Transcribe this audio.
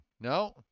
No